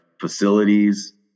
facilities